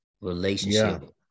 relationship